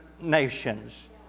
nations